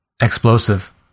explosive